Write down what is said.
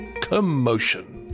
commotion